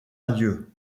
adieu